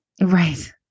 Right